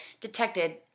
detected